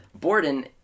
Borden